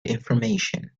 information